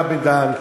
הרב בן-דהן,